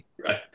right